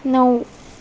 नऊ